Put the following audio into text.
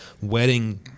wedding